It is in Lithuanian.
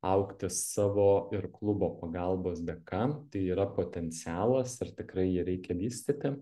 augti savo ir klubo pagalbos dėka tai yra potencialas ir tikrai jį reikia vystyti